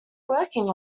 working